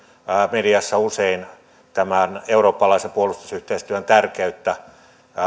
mediassa usein eurooppalaisen puolustusyhteistyön tärkeyttä